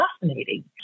fascinating